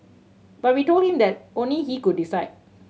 but we told him that only he could decide